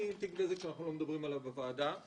מתיק בזק שאנחנו לא מדברים עליו בוועדה,